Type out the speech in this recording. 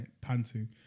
panting